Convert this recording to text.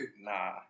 Nah